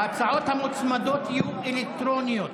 ההצעות המוצמדות, אלקטרוניות.